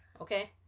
Okay